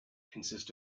consist